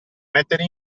mettere